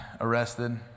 arrested